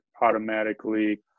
automatically